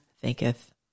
thinketh